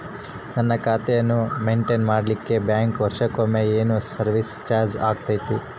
ನನ್ನ ಖಾತೆಯನ್ನು ಮೆಂಟೇನ್ ಮಾಡಿಲಿಕ್ಕೆ ಬ್ಯಾಂಕ್ ವರ್ಷಕೊಮ್ಮೆ ಏನು ಸರ್ವೇಸ್ ಚಾರ್ಜು ಹಾಕತೈತಿ?